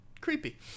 creepy